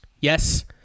Yes